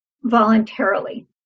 voluntarily